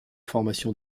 formation